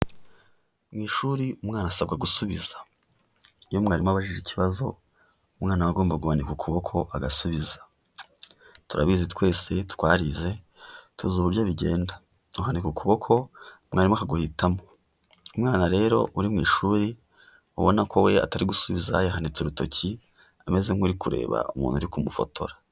Mu ishuri umwana asabwa gusubiza. Iyo mwarimu abajije ikibazo umwana wa agombaga guhanika ukuboko agasubiza. Turabizi twese twarize tuzi uburyo bigenda, uhanika ukuboko mwarimu akaguhitamo. Umwana rero uri mu ishuri ubona ko we atari gusubiza, yahanitse urutoki ameze nk'uri kureba umuntu uri kumufotora.